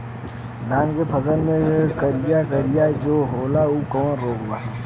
धान के फसल मे करिया करिया जो होला ऊ कवन रोग ह?